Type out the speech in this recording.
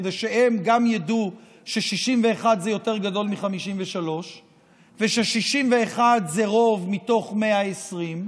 כדי שהם גם ידעו ש-61 זה יותר גדול מ-53 וש-61 זה רוב מתוך 120,